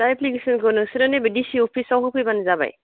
दा एप्लिकेसनखौ नोंसोरो नैबे दिसि अफिसाव होफैबानो जाबाय